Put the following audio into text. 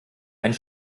einen